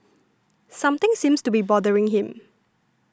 something seems to be bothering him